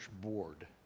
board